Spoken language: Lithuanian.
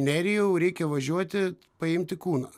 nerijau reikia važiuoti paimti kūno